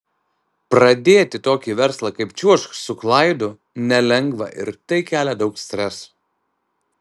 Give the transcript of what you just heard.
pradėti tokį verslą kaip čiuožk su klaidu nelengva ir tai kelia daug streso